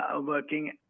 working